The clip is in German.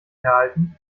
herhalten